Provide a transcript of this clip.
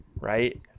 right